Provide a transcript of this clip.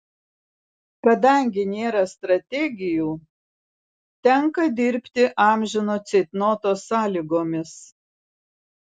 kadangi nėra strategijų tenka dirbti amžino ceitnoto sąlygomis